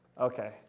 Okay